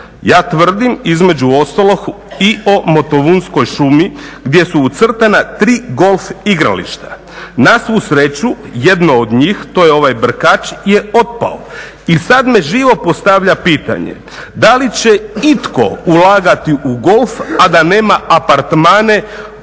Ja tvrdim, između ostalog, i o Motovunskoj šumi gdje su ucrtana tri golf igrališta. Na svu sreću jedno od njih, to je ovaj Brkač, je otpao. I sad me živo postavlja pitanje da li će itko ulagati u golf, a da nema apartmane